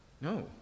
No